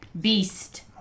Beast